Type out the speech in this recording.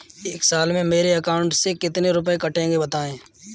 एक साल में मेरे अकाउंट से कितने रुपये कटेंगे बताएँ?